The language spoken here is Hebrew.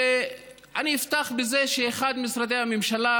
ואני אפתח בזה שאחד ממשרדי הממשלה,